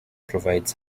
provides